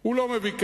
הוא לא מביא כסף.